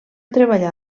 treballar